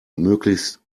möglichst